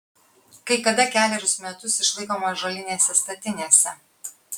kai kada kelerius metus išlaikoma ąžuolinėse statinėse